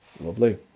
Lovely